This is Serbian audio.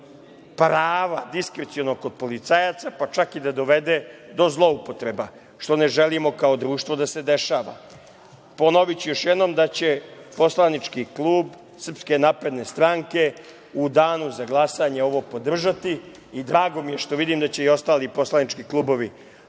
prava, diskrecionog kod policajaca, pa čak i da dovede do zloupotreba, što ne želimo kao društvo da se dešava. Ponoviću još jednom da će poslanički klub SNS u danu za glasanje ovo podržati i drago mi je što vidim da će i ostali poslanički klubovi